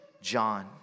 John